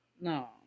No